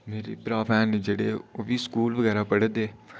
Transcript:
मेरे भ्रा भैन जेह्ड़े ओह् बी स्कूल बगैरा पढ़ै दे